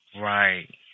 Right